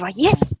yes